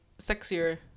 sexier